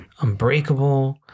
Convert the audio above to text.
Unbreakable